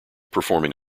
performing